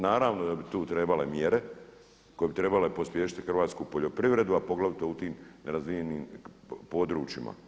Naravno da bi tu trebala mjere koje bi trebale pospješiti hrvatsku poljoprivredu, a poglavito u tim nerazvijenim područjima.